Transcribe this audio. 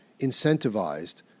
incentivized